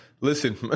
listen